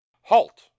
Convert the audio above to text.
Halt